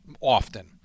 often